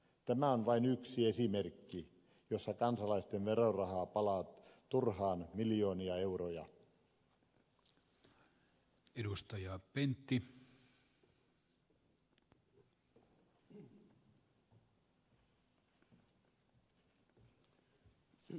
tämä on vain yksi esimerkki jossa kansalaisten verorahaa palaa turhaan miljoonia euroja